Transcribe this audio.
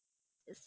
is